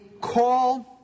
call